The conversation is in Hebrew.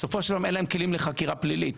בסופו של יום אין להם כלים לחקירה פלילית,